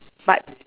but